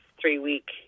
three-week